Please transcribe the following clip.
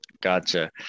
Gotcha